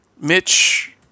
Mitch